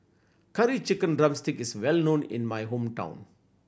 Curry Chicken drumstick is well known in my hometown